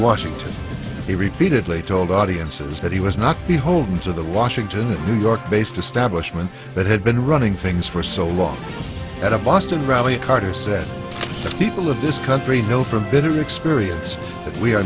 washington he repeatedly told audiences that he was not beholden to the washington and new york based establishment that had been running things for so long at a boston rabbit carter said the people of this country know from bitter experience that we are